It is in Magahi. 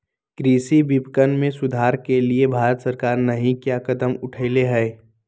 कृषि विपणन में सुधार के लिए भारत सरकार नहीं क्या कदम उठैले हैय?